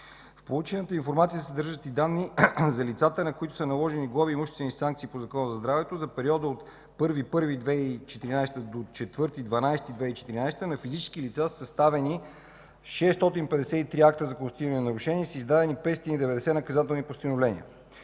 В получената информация се съдържат и данни за лицата, на които са наложени глоби и имуществени санкции по Закона за здравето. За периода от 1 януари 2014 г. до 4 декември 2014 г. на физически лица са съставени 653 акта за констатирани нарушения и са издадени 590 наказателни постановления.